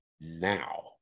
now